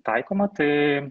taikoma tai